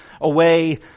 away